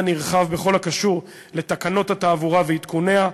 נרחב בכל הקשור לתקנות התעבורה ועדכוניה,